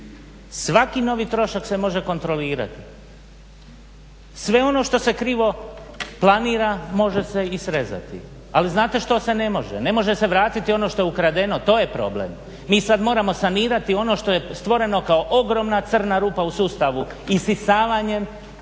svaki novi trošak se može kontrolirati, sve ono što se krivo planira može se i srezati, ali znate što se ne može? Ne može se vratiti ono što je ukradeno, to je problem. Mi sad moramo sanirati ono što je stvoreno kao ogromna crna rupa u sustavu, isisavanjem